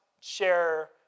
share